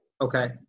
Okay